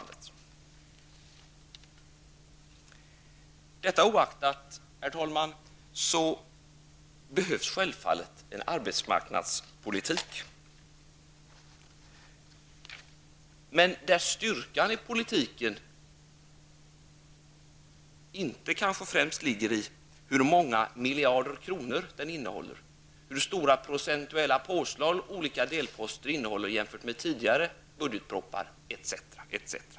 Detta oaktat, herr talman, behövs självfallet en arbetsmarknadspolitik, men en arbetsmarknadspolitik där styrkan i politiken kanske inte främst ligger i hur många miljarder kronor den innehåller och hur stora procentuella påslag olika delposter innehåller jämfört med tidigare budgetpropositioner, etc.